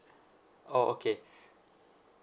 oh okay